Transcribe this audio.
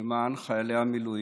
למען חיילי המילואים,